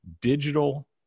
digital